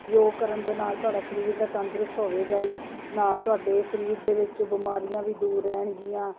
ਯੋਗ ਕਰਨ ਦੇ ਨਾਲ ਤੁਹਾਡਾ ਸਰੀਰ ਤਾਂ ਤੰਦਰੁਸਤ ਹੋਵੇਗਾ ਹੀ ਨਾਲ ਤੁਹਾਡੇ ਸਰੀਰ ਦੇ ਵਿੱਚ ਬਿਮਾਰੀਆਂ ਵੀ ਦੂਰ ਰਹਿਣਗੀਆਂ